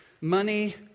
Money